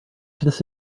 this